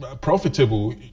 profitable